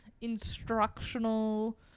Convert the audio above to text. instructional